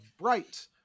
Bright